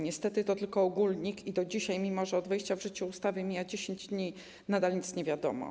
Niestety to tylko ogólnik i do dzisiaj, mimo że od wejścia w życie ustawy mija 10 dni, nadal nic nie wiadomo.